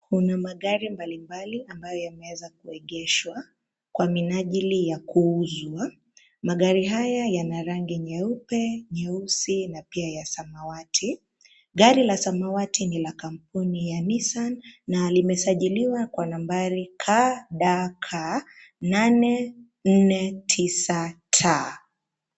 Kuna magari mbalimbali ambayo yameweza kuegeshwa kwa minajili ya kuuzwa, magari haya yana rangi nyeupe, nyeusi na pia ya samawati. Gari la samawati ni la kampuni ya Nissan na limesajiliwa kwa nambari KDK 849T